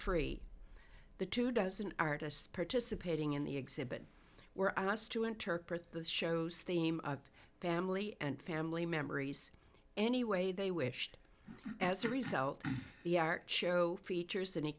free the two dozen artists participating in the exhibit were asked to interpret the show's theme of family and family memories any way they wished as a result the art show features an